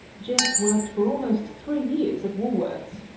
jess worked for almost three years at woolworths,